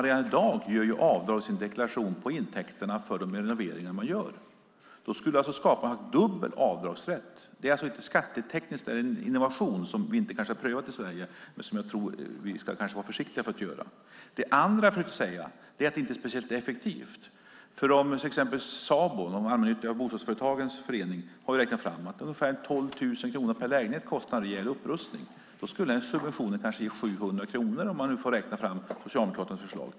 Redan i dag gör de i deklarationen ett avdrag på intäkterna för de renoveringar som de gör. Då skulle vi alltså skapa dubbel avdragsrätt. Det är en skatteteknisk innovation som vi inte har prövat i Sverige och som vi kanske ska vara försiktiga med. Det andra jag försökte säga är att det inte är speciellt effektivt. Sabo, de allmännyttiga bostadsföretagens förening, har räknat fram att en rejäl upprustning kostar ungefär 12 000 kronor per lägenhet. Den här subventionen skulle kanske ge 700 kronor, om man får räkna fram Socialdemokraternas förslag.